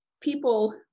people